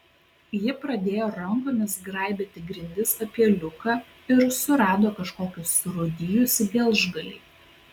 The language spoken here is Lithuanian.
ji pradėjo rankomis graibyti grindis apie liuką ir surado kažkokį surūdijusį gelžgalį